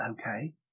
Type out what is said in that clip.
okay